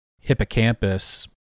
hippocampus